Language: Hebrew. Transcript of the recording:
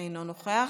אינו נוכח,